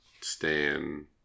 Stan